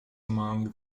among